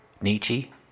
Nietzsche